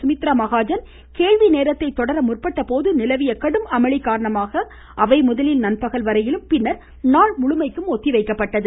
சுமித்ரா மகாஜன் கேள்விநேரத்தை தொடர முற்பட்ட போது நிலவிய கடும் அமளி காரணமாக அவை முதலில் நண்பகல்வரையிலும் பின்னா் நாள் முழுமைக்கும் ஒத்திவைக்கப்பட்டது